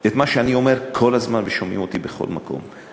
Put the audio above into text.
את מה שאני אומר כל הזמן ושומעים אותי אומר בכל מקום,